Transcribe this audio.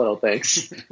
Thanks